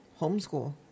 homeschool